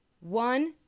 One